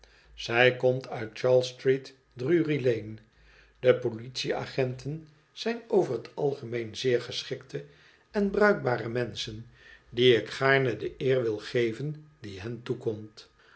zij komt uit oharles strect drury lanc de politie-agenten zijn over het algemeen zeer geschikte en bruikbare menschen die ik gaarne de eer wil geven die hun toekomt